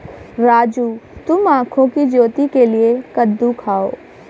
राजू तुम आंखों की ज्योति के लिए कद्दू खाओ